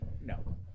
No